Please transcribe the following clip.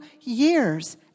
years